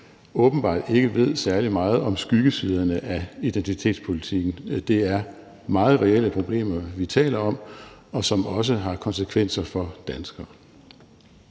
åbenbart ikke ved særlig meget om skyggesiderne af identitetspolitikken. Det er meget reelle problemer, vi taler om, som også har konsekvenser for danskere.